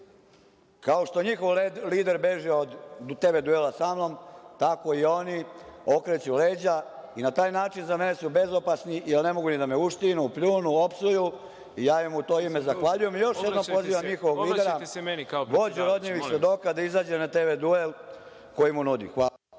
kao što njihov lider beži od TV duela samnom, tako i oni okreću leđa i na taj način za mene su bezopasni jer ne mogu ni da me uštinu, pljunu, opsuju i ja im u to ime zahvaljujem. Još jednom pozivam njihovog lidera, vođu Rodnijevih svedoka da izađe na TV duel koji mu nudim. Hvala.